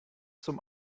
zum